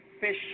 fish